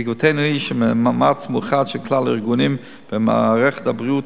תקוותנו היא שמאמץ מאוחד של כלל הארגונים במערכת הבריאות